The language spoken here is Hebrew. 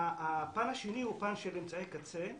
הפן השני הוא פן של אמצעי קצה.